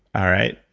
all right.